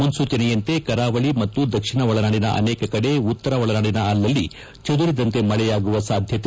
ಮುನ್ಲೂಚನೆಯಂತೆ ಕರಾವಳಿ ಮತ್ತು ದಕ್ಷಿಣ ಒಳನಾಡಿನ ಅನೇಕ ಕಡೆ ಉತ್ತರ ಒಳನಾಡಿನ ಅಲ್ಲಲ್ಲಿ ಚದರಿದಂತೆ ಮಳೆಯಾಗುವ ಸಾಧ್ಯತೆ